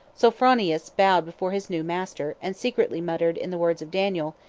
sophronius bowed before his new master, and secretly muttered, in the words of daniel,